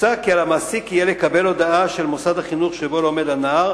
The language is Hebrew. מוצע כי יהיה על המעסיק לקבל הודעה של מוסד החינוך שבו לומד הנער